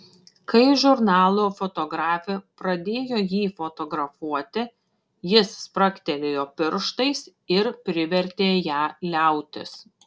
kai žurnalo fotografė pradėjo jį fotografuoti jis spragtelėjo pirštais ir privertė ją liautis